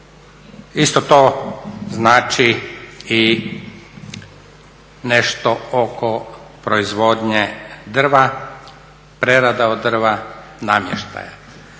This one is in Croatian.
Isto to znači i nešto oko proizvodnje drva, prerada od drva, namještaja.